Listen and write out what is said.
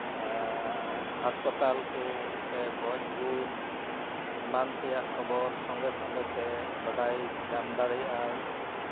ᱦᱟᱸᱥᱯᱟᱛᱟᱞ ᱠᱚ ᱥᱮ ᱜᱚᱡᱼᱜᱩᱨ ᱮᱢᱟᱱ ᱛᱮᱭᱟᱜ ᱠᱷᱚᱵᱚᱨ ᱥᱚᱸᱜᱮᱼᱥᱚᱸᱜᱮ ᱛᱮ ᱵᱟᱰᱟᱭ ᱧᱟᱢ ᱫᱟᱲᱮᱭᱟᱜᱼᱟᱭ